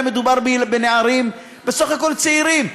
הרי מדובר בנערים בסך הכול צעירים,